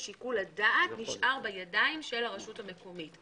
ששיקול הדעת נשאר בידי הרשות המקומית.